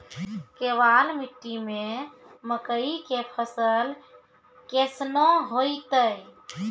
केवाल मिट्टी मे मकई के फ़सल कैसनौ होईतै?